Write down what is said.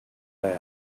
that